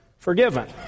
forgiven